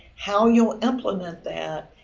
how you implement that,